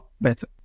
better